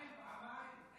פעמיים.